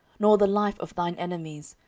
nor the life of thine enemies,